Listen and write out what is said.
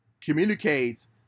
communicates